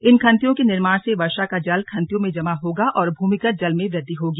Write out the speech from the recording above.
इन खन्तियों के निर्माण से वर्षा का जल खन्तियों में जमा होगा और भूमिगत जल में वृद्वि होगी